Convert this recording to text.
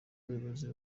abayobozi